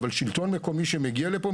אבל שלטון מקומי שמגיע לפה,